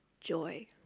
joy